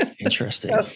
Interesting